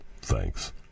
thanks